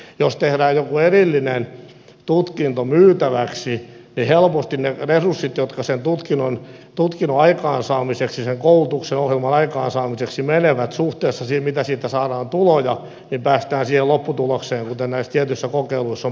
jos tehdään joku erillinen tutkinto myytäväksi niin helposti kuluvat ne resurssit jotka sen tutkinnon aikaansaamiseksi sen koulutusohjelman aikaansaamiseksi menevät suhteessa siihen mitä siitä saadaan tuloja ja päästään siihen lopputulokseen johon näissä tietyissä kokeiluissa on päästy